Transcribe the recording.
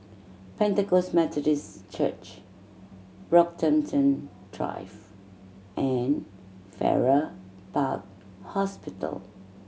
Pentecost Methodist Church Brockhampton Drive and Farrer Park Hospital